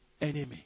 enemy